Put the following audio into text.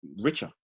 richer